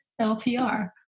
LPR